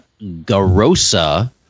Garosa